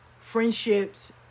friendships